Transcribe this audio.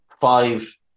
Five